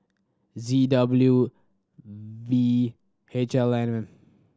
Z W V H L N